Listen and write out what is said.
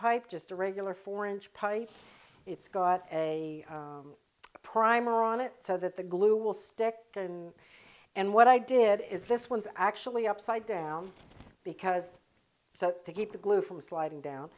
pipe just a regular four inch pipe it's got a primer on it so that the glue will stick and what i did is this one's actually upside down because so to keep the glue from sliding down